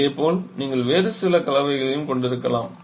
இதேபோல் நீங்கள் வேறு சில கலவைகளையும் கொண்டிருக்கலாம்